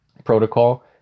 Protocol